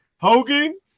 Hogan